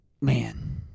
man